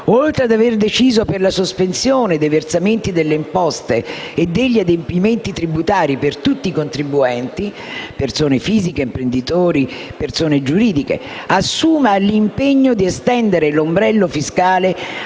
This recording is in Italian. oltre ad aver deciso per la sospensione dei versamenti delle imposte e degli adempimenti tributari per tutti i contribuenti (persone fisiche, imprenditori, persone giuridiche), assuma l'impegno di estendere l'ombrello fiscale